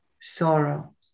sorrow